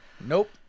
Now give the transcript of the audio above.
Nope